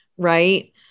right